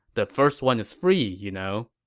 the first one is free, you know